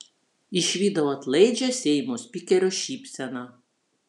išvydau atlaidžią seimo spikerio šypseną